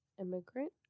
immigrant